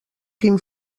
quin